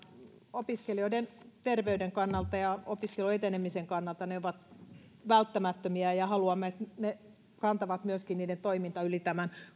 opiskelijoiden terveyden kannalta ja opiskelun etenemisen kannalta ne ovat välttämättömiä ja haluamme että niiden toiminta kantaa myöskin yli tämän